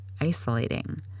isolating